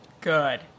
good